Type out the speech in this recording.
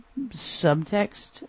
subtext